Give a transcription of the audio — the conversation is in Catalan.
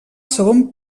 segon